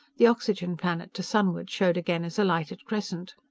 the oxygen-planet to sunward showed again as a lighted crescent.